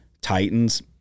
Titans